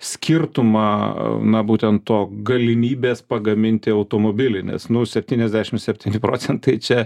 skirtumą na būtent to galimybės pagaminti automobilį nes nu septyniasdešimt septyni procentai čia